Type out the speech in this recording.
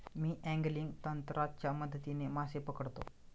मी angling तंत्राच्या मदतीने मासे पकडतो